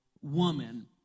woman